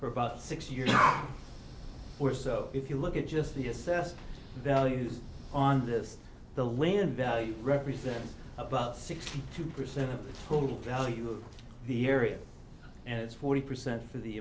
for about six years or so if you look at just the assessed values on this the lynn value represents about sixty two percent of the total value of the area and it's forty percent for the